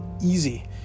easy